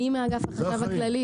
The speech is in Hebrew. אני מאגף החשב הכללי,